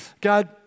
God